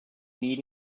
need